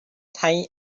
time